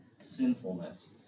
sinfulness